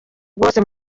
bwose